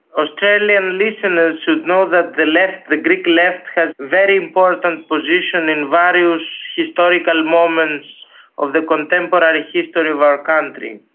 australian listeners should know that the left, the greek left, has very important position in values, historical moments of the contemporary history of our country.